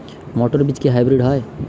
মটর বীজ কি হাইব্রিড হয়?